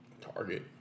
Target